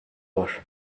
var